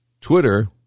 Twitter